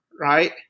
Right